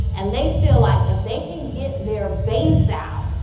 and they feel like if they can get their base out,